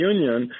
Union